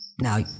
Now